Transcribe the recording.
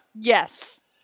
Yes